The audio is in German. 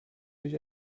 durch